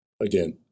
again